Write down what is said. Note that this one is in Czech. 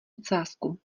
ocásku